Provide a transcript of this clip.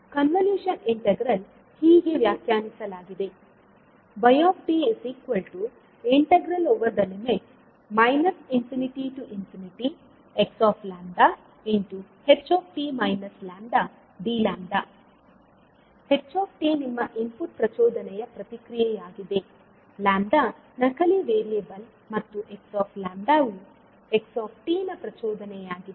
convolution integral ಹೀಗೆ ವ್ಯಾಖ್ಯಾನಿಸಲಾಗಿದೆ ℎ𝑡 ನಿಮ್ಮ ಇನ್ಪುಟ್ ಪ್ರಚೋದನೆಯ ಪ್ರತಿಕ್ರಿಯೆಯಾಗಿದೆ 𝜆 ನಕಲಿ ವೇರಿಯಬಲ್ ಮತ್ತು 𝑥𝜆 ಯು 𝑥𝑡 ನ ಪ್ರಚೋದನೆಯಾಗಿದೆ